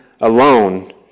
alone